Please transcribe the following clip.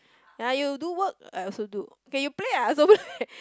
like you do work I also do okay you play I also play